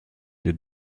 les